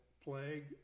plague